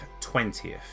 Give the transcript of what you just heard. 20th